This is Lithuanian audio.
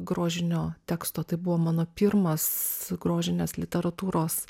grožinio teksto tai buvo mano pirmas grožinės literatūros